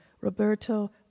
Roberto